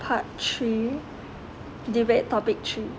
part three debate topic three